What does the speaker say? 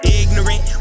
ignorant